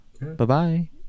Bye-bye